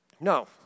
No